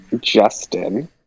Justin